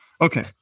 Okay